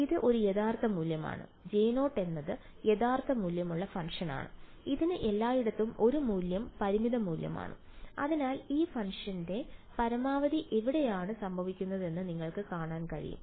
ഇത് ഒരു യഥാർത്ഥ മൂല്യമാണ് J0 എന്നത് യഥാർത്ഥ മൂല്യമുള്ള ഫംഗ്ഷനാണ് ഇതിന് എല്ലായിടത്തും ഒരു മൂല്യം പരിമിത മൂല്യമുണ്ട് അതിനാൽ ഈ ഫംഗ്ഷന്റെ പരമാവധി എവിടെയാണ് സംഭവിക്കുന്നതെന്ന് നിങ്ങൾക്ക് കാണാൻ കഴിയും